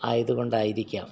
ആയതു കൊണ്ടായിരിക്കാം